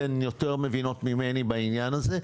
אתם מבינות יותר ממני בעניין הזה.